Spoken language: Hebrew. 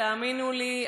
תאמינו לי,